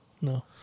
No